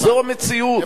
זו המציאות.